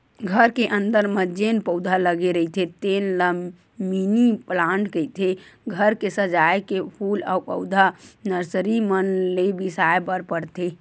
घर के अंदर म जेन पउधा लगे रहिथे तेन ल मिनी पलांट कहिथे, घर के सजाए के फूल अउ पउधा नरसरी मन ले बिसाय बर परथे